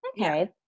Okay